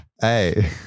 Hey